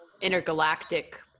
intergalactic